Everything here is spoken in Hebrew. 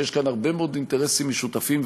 שיש כאן הרבה מאוד אינטרסים משותפים,